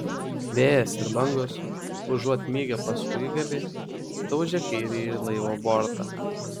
vėjas ir bangos užuot mygę paskuigalį daužė kairįjį laivo bortą